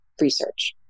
research